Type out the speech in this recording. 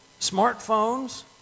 smartphones